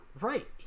right